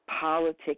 politics